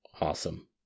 Awesome